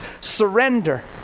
surrender